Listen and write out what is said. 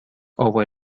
over